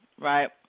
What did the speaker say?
right